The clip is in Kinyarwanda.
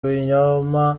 binyoma